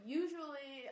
usually